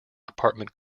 apartment